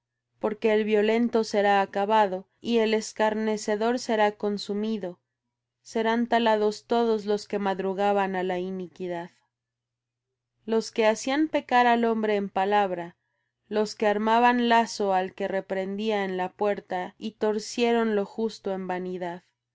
porque el violento será acabado y el escarnecedor será consumido serán talados todos los que madrugaban á la iniquidad los que hacían pecar al hombre en palabra los que armaban lazo al que reprendía en la puerta y torcieron lo justo en vanidad